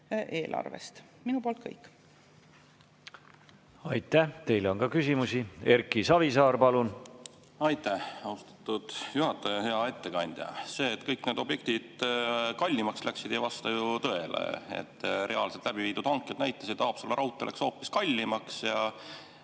Savisaar, palun! Aitäh! Teile on ka küsimusi. Erki Savisaar, palun! Aitäh, austatud juhataja! Hea ettekandja! See, et kõik need objektid kallimaks läksid, ei vasta ju tõele. Reaalselt läbiviidud hanked näitasid, et Haapsalu raudtee läks hoopis odavamaks, ja